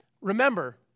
Remember